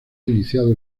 iniciado